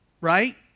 right